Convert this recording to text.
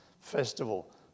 festival